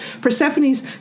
Persephone's